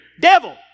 Devil